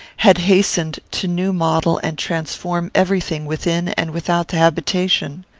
had hastened to new-model and transform every thing within and without the habitation.